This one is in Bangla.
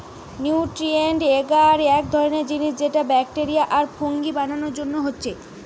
নিউট্রিয়েন্ট এগার এক ধরণের জিনিস যেটা ব্যাকটেরিয়া আর ফুঙ্গি বানানার জন্যে হচ্ছে